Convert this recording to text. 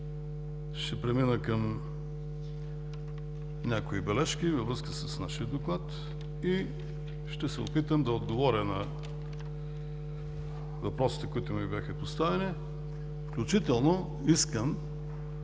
Ще премина към някои бележки във връзка с нашия Доклад и ще се опитам да отговоря на въпросите, които ми бяха поставени. Включително искам